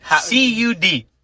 C-U-D